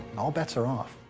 all bets are off.